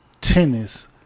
tennis